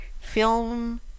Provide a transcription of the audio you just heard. film